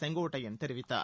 செங்கோட்டையன் தெரிவித்தார்